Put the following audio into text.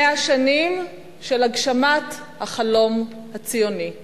100 שנים של הגשמת החלום הציוני,